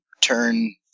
turn